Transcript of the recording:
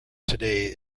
today